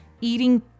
eating